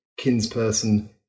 kinsperson